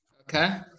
Okay